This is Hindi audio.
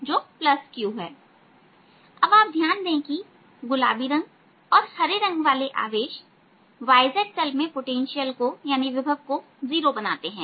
जो q है अब आप ध्यान देंगे कि गुलाबी रंग और हरे रंग वाले आवेश yz तल में विभव को जीरो बनाते हैं